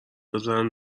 بزنن